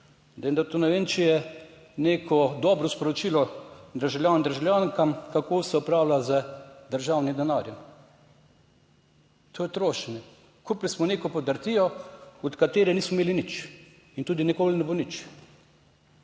Vendar to ne vem, če je neko dobro sporočilo državljanom in državljankam kako se upravlja z državnim denarjem. To je trošenje. Kupili smo neko podrtijo od katere nismo imeli nič in tudi nikoli ne bo nič.